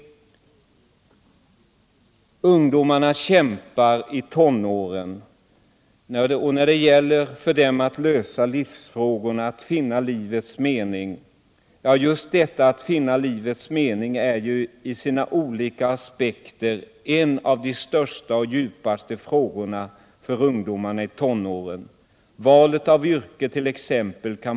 Ungdomarna kämpar i tonåren, och just detta att finna livets mening är i sina olika aspekter en av de största och djupaste frågorna för de ungdomarna. Valet av yrke kant.ex.